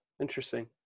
interesting